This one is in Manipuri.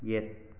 ꯌꯦꯠ